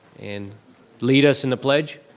and lead us in the pledge?